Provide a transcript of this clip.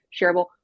shareable